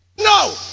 No